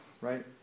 right